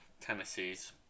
Tennessee's